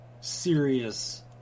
serious